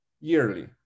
yearly